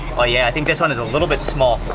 oh yeah, i think this one is a little bit small.